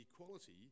equality